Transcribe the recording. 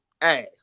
ass